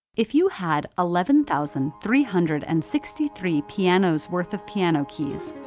if you had eleven thousand three hundred and sixty three pianos-worth of piano keys,